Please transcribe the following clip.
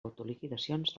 autoliquidacions